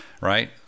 right